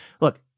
look